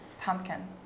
pumpkin